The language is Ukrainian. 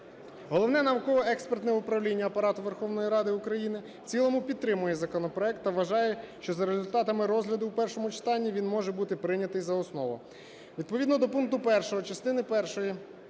Головне науково-експертне управління Апарату Верховної Ради України в цілому підтримує законопроект та вважає, що за результатами розгляду в першому читанні він може бути прийнятий за основу. Відповідно до пункту 1 частини першої